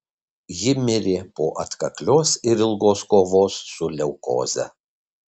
ji mirė po atkaklios ir ilgos kovos su leukoze